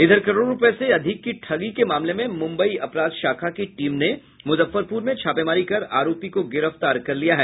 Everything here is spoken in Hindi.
इधर करोड़ों रुपये से अधिक की ठगी के मामले में मुंबई अपराध शाखा की टीम ने मुजफ्फरपुर में छापेमारी कर आरोपी को गिरफ्तार कर लिया है